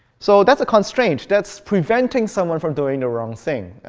so that's a constraint. that's preventing someone from doing the wrong thing.